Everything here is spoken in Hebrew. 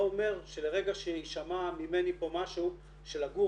זה לא אומר לרגע שיישמע ממני פה משהו שלגור